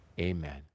amen